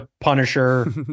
Punisher